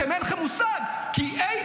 אתם, אין לכם מושג, כי AP,